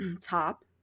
top